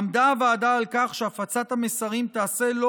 עמדה הוועדה על כך שהפצת המסרים תיעשה לא